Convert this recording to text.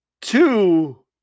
two